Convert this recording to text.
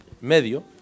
medio